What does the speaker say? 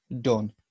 done